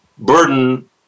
burden